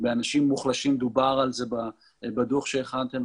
אלה אנשים מוחלשים, ודובר על כך בדוח שהכנתם.